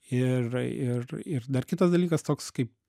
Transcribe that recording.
ir ir ir dar kitas dalykas toks kaip